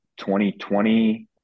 2020